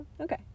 Okay